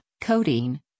codeine